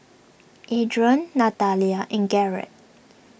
Adrain Natalia in Garrett